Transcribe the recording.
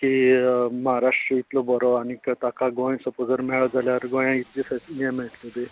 की म्हाराष्ट्र इतलो बरो आनीक ताका गोंय स्पोज मेळत जाल्यार गोंया इतली फ्स ये मेळटलें बी